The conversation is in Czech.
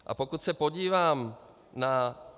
A pokud se podívám na...